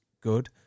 good